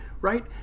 right